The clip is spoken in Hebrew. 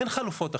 אין חלופות אחרות.